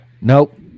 Nope